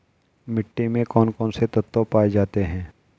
मिट्टी में कौन कौन से तत्व पाए जाते हैं?